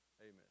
Amen